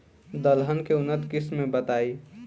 दलहन के उन्नत किस्म बताई?